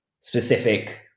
specific